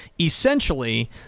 essentially